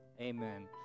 Amen